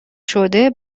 شده